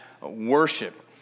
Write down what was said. worship